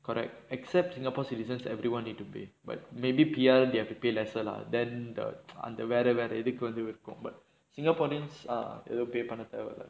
correct except singapore citizens everyone need to pay but maybe P_R they have to pay lesser lah then அந்த வேற வேற இதுக்கு வந்து இருக்கும்:antha vera vera ithukku vanthu irukkum but singaporians எதும்:ethum pay பண்ண தேவில்ல:panna thevilla